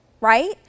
right